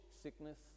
sickness